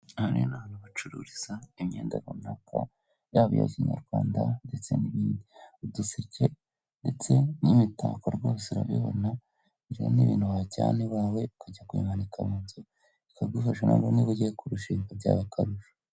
Aha rero ni ahantu bacururiza imyeda runaka yaba iya kinyarwanda, ndetse n'ibindi uduseke ndetse n'imitako rwose urabibona ibyo nibintu wajyana iwawe ukajya kuyimanika mu nzu ikagufasha noneho niba ujye kurushinga byaba akarusho.